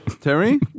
Terry